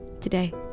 today